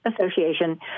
Association